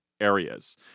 areas